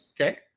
Okay